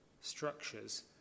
structures